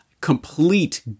complete